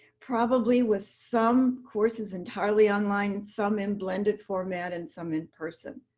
probably with some courses entirely online, some in blended format, and some in person.